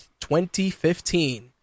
2015